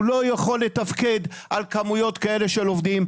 הוא יכול לתפקד על כמויות כאלה של עובדים,